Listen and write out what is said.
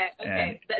Okay